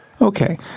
Okay